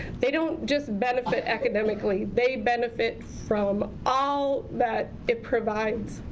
they don't just benefit academically, they benefit from all that it provides.